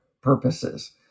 purposes